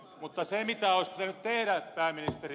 mutta se mitä olisi pitänyt tehdä pääministeri